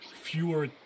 fewer